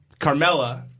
Carmella